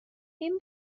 این